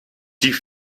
die